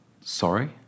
Sorry